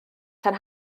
tan